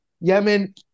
Yemen